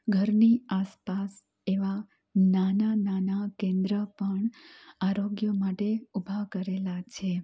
ઘરની આસપાસ એવા નાના નાના કેન્દ્ર પણ આરોગ્ય માટે ઊભા કરેલા છે